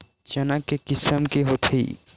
चना के किसम के होथे?